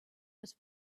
was